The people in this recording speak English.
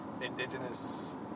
Indigenous